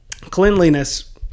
Cleanliness